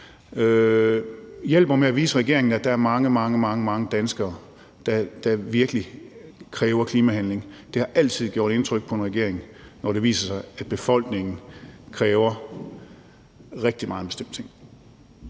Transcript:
hjælper med at vise regeringen, at der er mange, mange danskere, der virkelig kræver klimahandling. Det har altid gjort indtryk på en regering, når det viser sig, at befolkningen kræver rigtig meget af en bestemt ting.